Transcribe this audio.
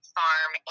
farm